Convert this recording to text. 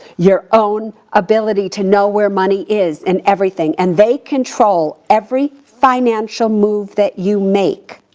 your own ability to know where money is and everything, and they control every financial move that you make,